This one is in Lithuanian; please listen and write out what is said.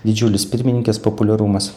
didžiulis pirmininkės populiarumas